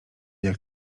jak